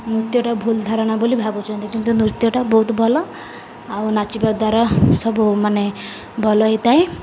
ନୃତ୍ୟଟା ଭୁଲ୍ ଧାରଣା ବୋଲି ଭାବୁଛନ୍ତି କିନ୍ତୁ ନୃତ୍ୟଟା ବହୁତ ଭଲ ଆଉ ନାଚିବା ଦ୍ୱାରା ସବୁ ମାନେ ଭଲ ହୋଇଥାଏ